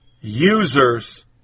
users